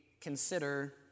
consider